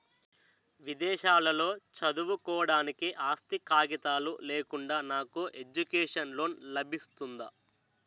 విదేశాలలో చదువుకోవడానికి ఆస్తి కాగితాలు లేకుండా నాకు ఎడ్యుకేషన్ లోన్ లబిస్తుందా?